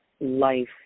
life